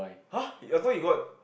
[huh] I thought you got